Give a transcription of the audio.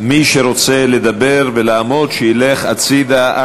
מי שרוצה לדבר ולעמוד, שילך הצדה.